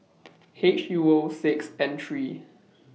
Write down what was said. H U O six N three